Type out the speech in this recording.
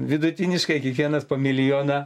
vidutiniškai kiekvienas po milijoną